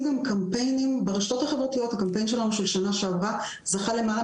הקמפיין שלנו של שנה שעברה זכה למעלה